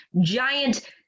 giant